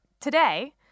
Today